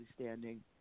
standing